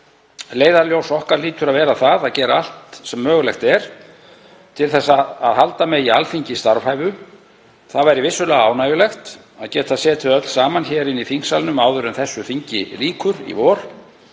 Leiðarljós okkar hlýtur að vera það að gera allt sem mögulegt er til að halda megi Alþingi starfhæfu. Það væri vissulega ánægjulegt að geta setið öll saman hér inni í þingsalnum áður en þessu þingi lýkur í vor